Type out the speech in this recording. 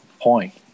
point